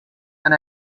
and